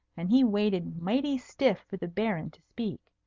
and he waited mighty stiff for the baron to speak.